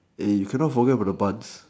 you cannot forget about the buns